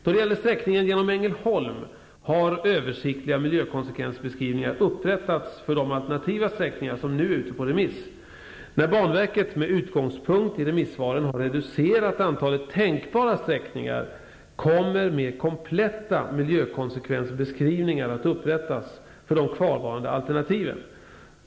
Då det gäller sträckningen genom Ängelholm har översiktliga miljökonsekvensbeskrivningar upprättats för de alternativa sträckningar som nu är ute på remiss. När banverket med utgångspunkt i remissvaren har reducerat antalet tänkbara sträckningar kommer mer kompletta miljökonsekvensbeskrivningar att upprättas för de kvarvarande alternativen.